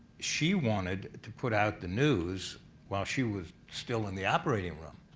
she wanted to put out the news while she was still in the operating room,